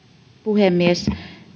puhemies